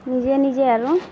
নিজে নিজে আৰু